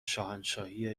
شاهنشاهی